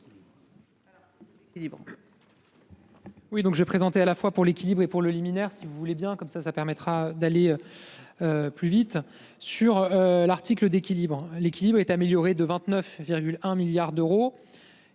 Oui donc j'ai présenté à la fois pour l'équilibrer pour le liminaire, si vous voulez bien, comme ça, ça permettra d'aller. Plus vite sur l'article d'équilibre, l'équilibre est amélioré de 29,1 milliards d'euros.